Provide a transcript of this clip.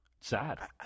Sad